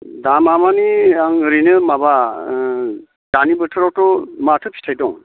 दामा माने आं ओरैनो माबा दानि बोथोरावथ' माथो फिथाइ दं